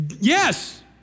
Yes